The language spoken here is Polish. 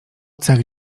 cech